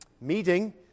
meeting